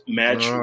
match